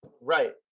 Right